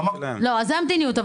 זו המדיניות.